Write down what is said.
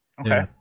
Okay